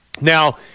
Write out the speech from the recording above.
Now